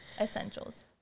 essentials